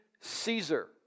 Caesar